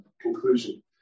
conclusion